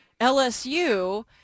LSU